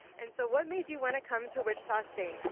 and so what made you want to come to wichita state?